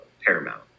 paramount